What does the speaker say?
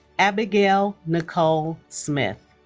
abigail nicole smith